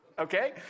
Okay